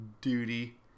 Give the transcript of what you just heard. duty